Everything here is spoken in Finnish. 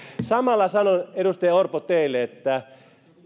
samalla sanon edustaja orpo teille että